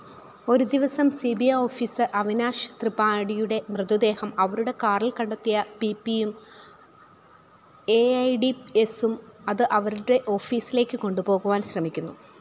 ഒരു ദിവസം C B I officer Avinash ത്രിപാഠിയുടെ മൃതദേഹം അവരുടെ കാറിൽ കണ്ടെത്തിയ പി പിയും എ ഐ ഡി എസും അത് അവരുടെ ഓഫീസിലേക്ക് കൊണ്ടുപോകുവാൻ ശ്രമിക്കുന്നു